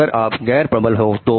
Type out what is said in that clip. अगर आप गैर प्रबल है तो